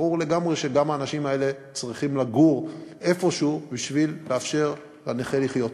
ברור לגמרי שגם האנשים האלה צריכים לגור איפשהו בשביל לאפשר לנכה לחיות.